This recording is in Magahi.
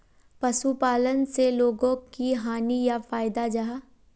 पशुपालन से लोगोक की हानि या फायदा जाहा?